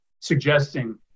suggesting